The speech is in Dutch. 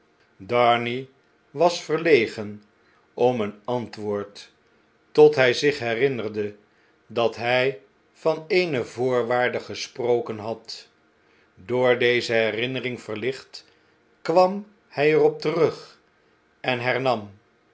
darnay was verlegen om een antwoord tot hij zich herinnerde dat hjj van eene voorwaarde gesproken had door deze herinnering verlicht kwam hjj er op terug en